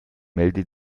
melde